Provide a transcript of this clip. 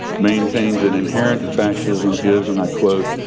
maintains that inherent in fascism is and i quote,